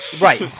right